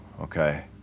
Okay